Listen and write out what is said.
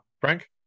Frank